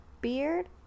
beard